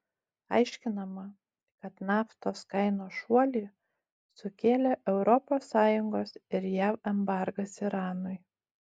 aiškinama kad naftos kainos šuolį sukėlė europos sąjungos ir jav embargas iranui